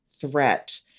threat